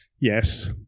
yes